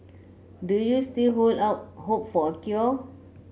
do you still hold out hope for a cure